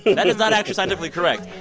that is not actually scientifically correct.